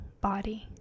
body